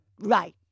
right